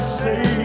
say